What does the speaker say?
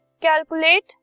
Calculate